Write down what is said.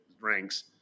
ranks